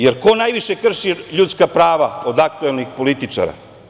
Jer, ko najviše krši ljudska prava od aktuelnih političara?